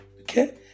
okay